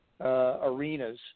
arenas